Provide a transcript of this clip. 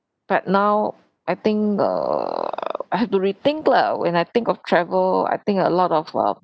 but now I think err I have to rethink lah when I think of travel I think a lot of um